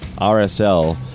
RSL